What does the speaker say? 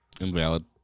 Invalid